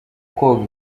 koga